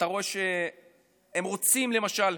אתה רואה שהם רוצים, למשל,